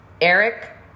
Eric